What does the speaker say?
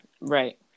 right